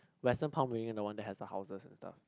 Western palm reading and the one that has the houses and stuff